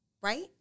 right